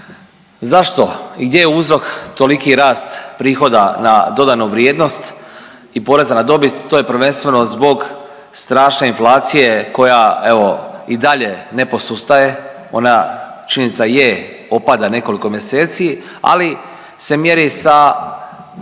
Zašto? Gdje je uzrok toliki rast prihoda na dodanu vrijednost i poreza na dobit? To je prvenstveno zbog strašne inflacije koja evo i dalje ne posustaje. Ona, činjenica je, opada nekoliko mjeseci, ali se mjeri sa istim